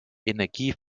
energie